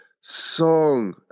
Song